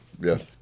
Yes